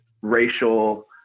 racial